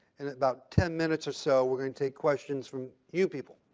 about ten minutes or so, we're going to take questions from you people.